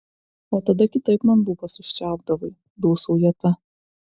o tada kitaip man lūpas užčiaupdavai dūsauja ta